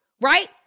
right